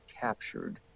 captured